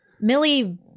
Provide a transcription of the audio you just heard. millie